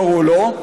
קראו לו,